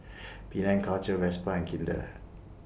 Penang Culture Vespa and Kinder